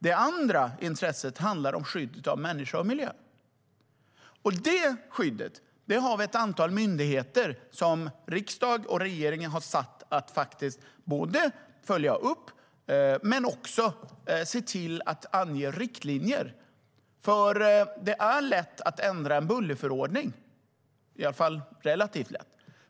Det andra intresset handlar om skyddet av människa och miljö, och det skyddet har vi ett antal myndigheter som riksdag och regering har satt att följa upp men också ange riktlinjer för. Det är lätt att ändra en bullerförordning - i alla fall relativt lätt.